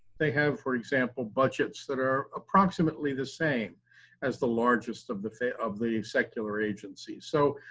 they have for example, budgets that are approximately the same as the largest of the of the secular agencies. so,